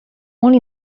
molt